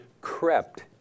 crept